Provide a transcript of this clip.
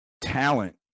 talent